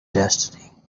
destiny